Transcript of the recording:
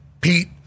Pete